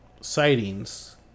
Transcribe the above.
sightings